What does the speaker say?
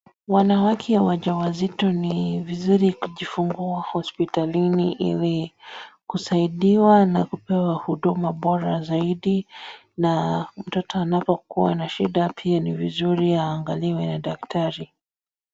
Wanawake wajawazito ni vizuri kujifungua hospitalini ili kusaidiwa na kupewa huduma bora zaidi na mtoto anapokuwa na shida ni vizuri aangaliwe na daktari.